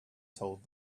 told